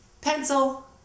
Pencil